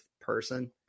person